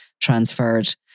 transferred